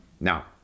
Now